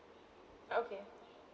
okay